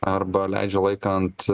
arba leidžia laiką ant